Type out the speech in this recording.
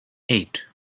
eight